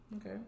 Okay